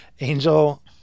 Angel